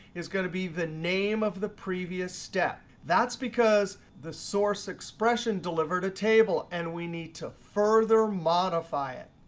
is going to be the name of the previous step. that's because the source expression delivered a table, and we need to further modify it.